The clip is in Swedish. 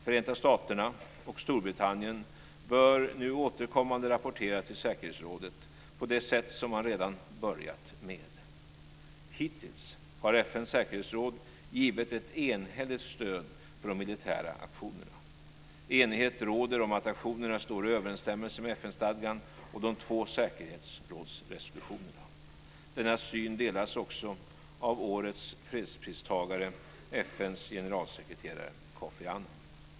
Förenta staterna och Storbritannien bör nu återkommande rapportera till säkerhetsrådet på det sätt som man redan börjat med. Hittills har FN:s säkerhetsråd givit ett enhälligt stöd för de militära aktionerna. Enighet råder om att aktionerna står i överensstämmelse med FN-stadgan och de två säkerhetsrådsresolutionerna. Denna syn delas också av årets fredspristagare FN:s generalsekreterare Kofi Annan.